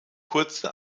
kurze